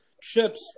Chips